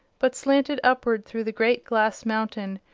but slanted upward through the great glass mountain,